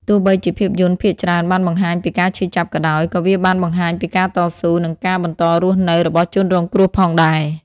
ទោះបីជាភាពយន្តភាគច្រើនបានបង្ហាញពីការឈឺចាប់ក៏ដោយ ក៏វាបានបង្ហាញពីការតស៊ូ និងការបន្តរស់នៅរបស់ជនរងគ្រោះផងដែរ។